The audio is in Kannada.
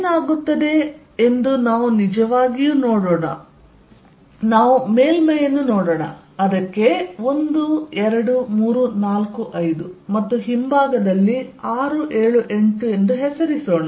ಏನಾಗುತ್ತದೆ ಎಂದು ನಾವು ನಿಜವಾಗಿಯೂ ನೋಡೋಣ ನಾವು ಮೇಲ್ಮೈಯನ್ನು ನೋಡೋಣ ಅದಕ್ಕೆ 1 2 3 4 5 ಮತ್ತು ಹಿಂಭಾಗದಲ್ಲಿ 6 7 ಮತ್ತು 8 ಎಂದು ಹೆಸರಿಸೋಣ